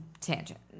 tangent